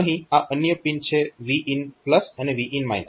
અહીં આ અન્ય પિન છે Vin અને Vin